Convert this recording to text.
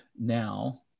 now